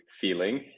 feeling